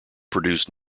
produced